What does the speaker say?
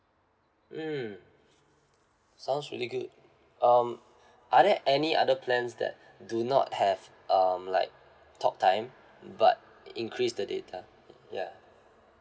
mm sounds really good um are there any other plans that do not have um like talk time but uh increase the data ya